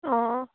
অঁ